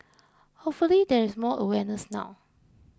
hopefully there is more awareness now